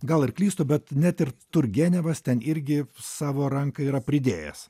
gal ir klystu bet net ir turgenevas ten irgi savo ranką yra pridėjęs